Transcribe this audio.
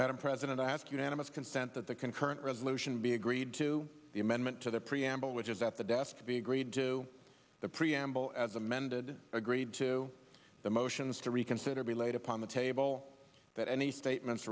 madam president i ask unanimous consent that the concurrent resolution be agreed to the amendment to the preamble which is that the deaf to be agreed to the preamble as amended agreed to the motions to reconsider be laid upon the table that any statements